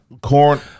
corn